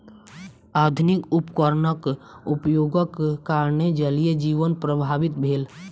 आधुनिक उपकरणक उपयोगक कारणेँ जलीय जीवन प्रभावित भेल